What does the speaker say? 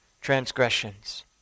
transgressions